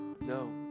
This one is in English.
no